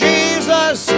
Jesus